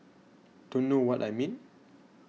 don't know what I mean